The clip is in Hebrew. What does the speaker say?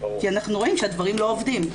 כי אנחנו רואים שהדברים לא עובדים.